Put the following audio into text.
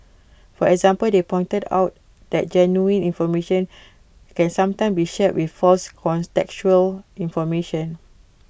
for example they pointed out that genuine information can sometimes be shared with false contextual information